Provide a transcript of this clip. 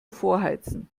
vorheizen